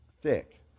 thick